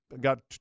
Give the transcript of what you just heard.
got